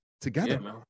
together